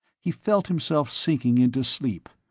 he felt himself sinking into sleep,